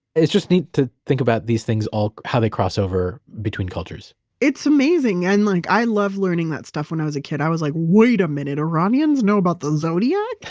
it's just neat to think about these things, how they cross over between cultures it's amazing. and like i loved learning that stuff when i was a kid. i was like, wait a minute! iranians know about the zodiac?